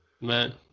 Man